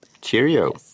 Cheerio